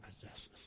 possesses